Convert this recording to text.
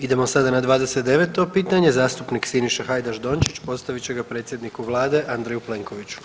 Idemo sada na 29 pitanje, zastupnik Siniša Hajdaš Dončić postavit će ga predsjedniku vlade Andreju Plenkoviću.